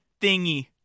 thingy